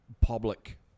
public